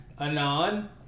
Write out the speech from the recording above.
Anon